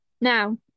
Now